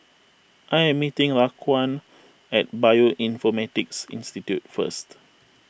I am meeting Raquan at Bioinformatics Institute first